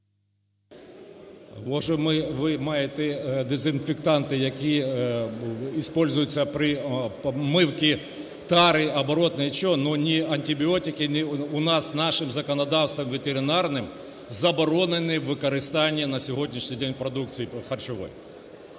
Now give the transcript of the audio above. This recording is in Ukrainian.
ви маєте дезінфектанти, які використовуються при митті тари оборотної нічого, але не антибіотики. У нас нашим законодавством ветеринарним заборонено використання на сьогоднішній день в продукції харчовій.